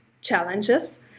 challenges